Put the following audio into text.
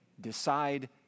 decide